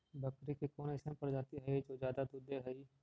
बकरी के कौन अइसन प्रजाति हई जो ज्यादा दूध दे हई?